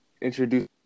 introduce